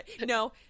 no